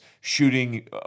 shooting